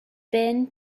been